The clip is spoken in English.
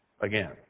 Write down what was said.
again